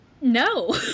No